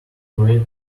great